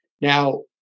Now